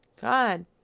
God